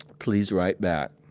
please write back.